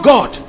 God